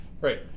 Right